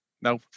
No